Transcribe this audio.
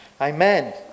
Amen